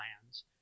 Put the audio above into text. plans